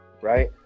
right